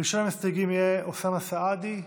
ראשון המסתייגים יהיה אוסאמה סעדי,